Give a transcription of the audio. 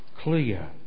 clear